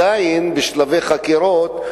והם עדיין בשלבי חקירות,